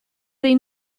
they